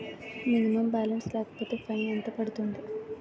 Minimum balance లేకపోతే fine ఎంత పడుతుంది?